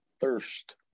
Thirst